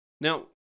Now